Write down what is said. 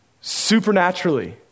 supernaturally